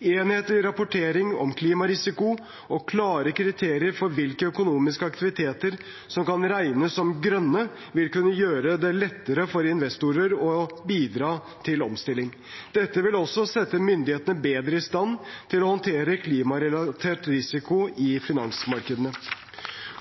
Enhetlig rapportering om klimarisiko og klare kriterier for hvilke økonomiske aktiviteter som kan regnes som «grønne», vil kunne gjøre det lettere for investorer å bidra til omstilling. Dette vil også sette myndighetene bedre i stand til å håndtere klimarelatert risiko i finansmarkedene.